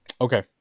Okay